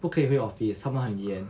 不可以回 office 他们很严